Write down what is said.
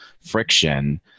friction